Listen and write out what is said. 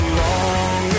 long